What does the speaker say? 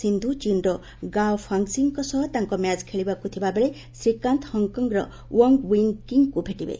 ସିନ୍ଧୁ ଚୀନ୍ର ଗାଓ ଫାଙ୍କ୍ଜୀଙ୍କ ସହ ତାଙ୍କ ମ୍ୟାଚ୍ ଖେଳିବାକୁ ଥିବା ବେଳେ ଶ୍ରୀକାନ୍ତ ହଂକ ର ୱଙ୍ଗ୍ ୱିଙ୍ଗ୍କିଙ୍କୁ ଭେଟିବେ